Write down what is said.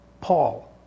Paul